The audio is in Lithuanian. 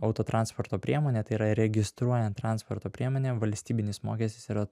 autotransporto priemonę tai yra registruojant transporto priemonę valstybinis mokestis yra